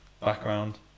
background